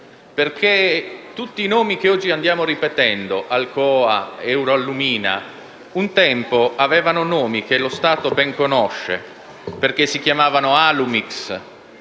Stato. Tutti i nomi che oggi andiamo ripetendo, Alcoa, Eurallumina, un tempo avevano nomi che lo Stato ben conosce perché si chiamavano Alumix,